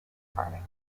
farming